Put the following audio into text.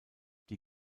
die